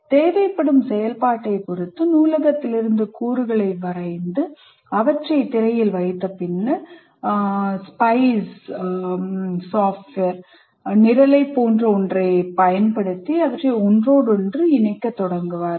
தேவைப்படும் செயல்பாட்டைப் பொறுத்து நூலகத்திலிருந்து கூறுகளை வரைந்து அவற்றை திரையில் வைத்து பின்னர் ஒரு SPICEஒருங்கிணைந்த சுற்று முக்கியத்துவத்துடன் உருவகப்படுத்துதல் திட்டம் நிரலைப் போன்ற ஒன்றைப் பயன்படுத்தி அவற்றை ஒன்றோடொன்று இணைக்கத் தொடங்குவார்கள்